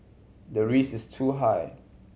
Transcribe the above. the risk is too high